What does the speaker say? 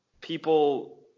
people